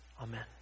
Amen